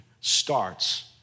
starts